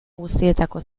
guztietako